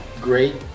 great